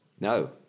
no